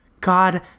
God